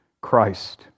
Christ